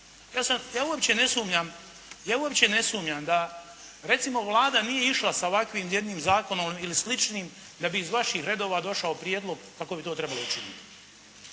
Ja uopće ne sumnjam da, recimo Vlada nije išla s ovakvim jednim zakonom ili sličnim, da bi iz vaših redova došao prijedlog kako bi to trebalo učiniti.